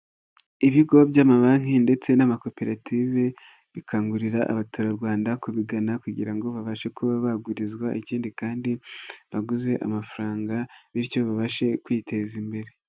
Ibigo by'amabanki ndetse n'amakoperative bikangurira abaturarwanda kubigana kugira ngo babashe kuba bagurizwa ikindi kandi baguze amafaranga bityo babashe kwiteza imbere.